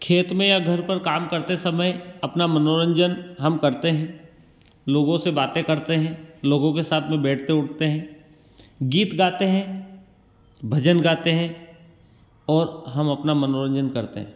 खेत में या घर पर काम करते समय अपना मनोरंजन हम करते हैं लोगों से बातें करते हैं लोगों के साथ में बैठते उठते हैं गीत गाते हैं भजन गाते हैं और हम अपना मनोरंजन करते हैं